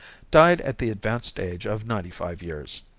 died at the advanced age of ninety five years.